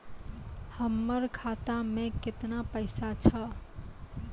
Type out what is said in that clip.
हमर खाता मैं केतना पैसा छह?